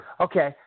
Okay